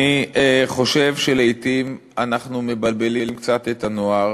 אני חושב שלעתים אנחנו מבלבלים קצת את הנוער.